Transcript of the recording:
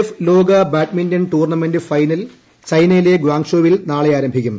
F ലോക badminton tournament final ചൈനയിലെ ഗുവാങ്ഷോവിൽ നാളെ ആൽഭിക്കും